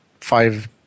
five